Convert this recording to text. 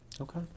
Okay